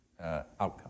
outcome